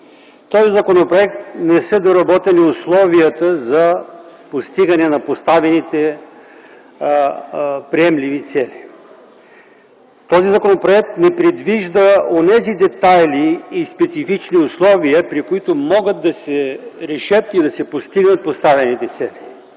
този законопроект не са доработени условията за постигане на поставените приемливи цели. Този законопроект не предвижда онези детайли и специфични условия, при които могат да се решат и да се постигнат поставените цели.